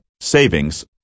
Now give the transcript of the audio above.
savings